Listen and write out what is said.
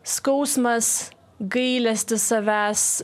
skausmas gailestis savęs